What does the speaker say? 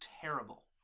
terrible